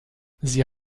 sie